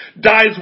dies